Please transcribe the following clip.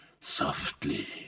softly